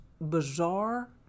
bizarre